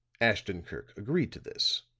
ashton-kirk agreed to this.